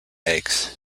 eggs